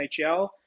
NHL